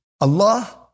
Allah